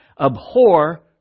Abhor